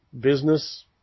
business